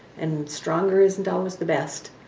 and stronger isn't always the best.